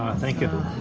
thank you